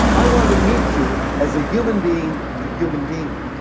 i want to meet you as a human being to human being,